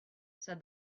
said